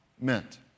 meant